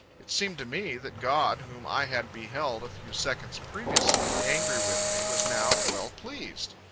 it seemed to me, that god, whom i had beheld, a few seconds previously, angry with me, was now well-pleased.